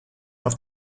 auf